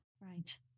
Right